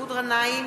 מסעוד גנאים,